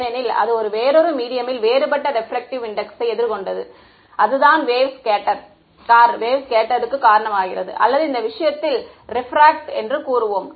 ஏனெனில் அது வேறொரு மீடியம்மில் வேறுபட்ட ரெபிரக்ட்டிவ் இண்டெக்ஸை எதிர்கொண்டது அதுதான் வேவ் ஸ்கெட்ட்டர் காரணமாகிறது அல்லது இந்த விஷயத்தில் ரெபிராக்ட் என்று கூறுவோம்